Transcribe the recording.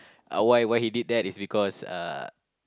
uh why why he did that is because uh